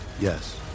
Yes